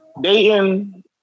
dating